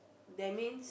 that means